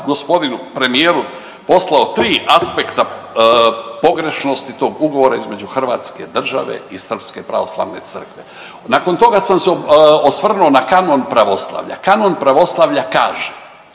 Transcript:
g. premijeru poslao 3 aspekta pogrešnosti tog ugovora između hrvatske države i Srpske pravoslavne Crkve. Nakon toga sam se osvrnuo na kanon pravoslavlja. Kanon pravoslavlja kaže